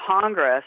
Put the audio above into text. Congress